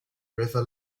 river